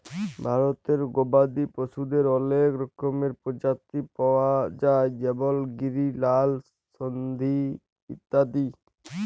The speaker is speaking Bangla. ভারতে গবাদি পশুদের অলেক রকমের প্রজাতি পায়া যায় যেমল গিরি, লাল সিন্ধি ইত্যাদি